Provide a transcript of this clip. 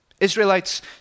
Israelites